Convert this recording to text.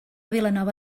vilanova